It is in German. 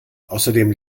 außerdem